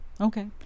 Okay